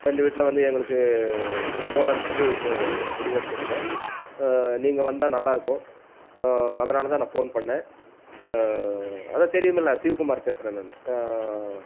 ரெண்டு வீட்ல வந்து எங்களுக்கு போகலான்னு சொல்லி இப்போது முடிவு எடுத்திருக்கேன் நீங்கள் வந்தால் நல்லாயிருக்கும் அதனால் தான் நான் ஃபோன் பண்ணேன் அதுதான் தெரியுமில்ல சிவகுமார் பேசுகிறேன் நான்